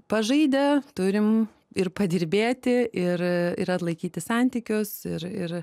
pažaidę turim ir padirbėti ir ir atlaikyti santykius ir ir